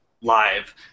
live